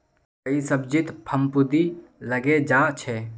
कई सब्जित फफूंदी लगे जा छे